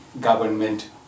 government